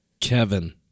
Kevin